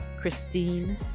Christine